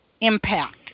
impact